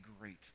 great